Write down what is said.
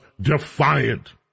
defiant